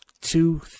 two